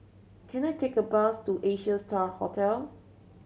can I take a bus to Asia Star Hotel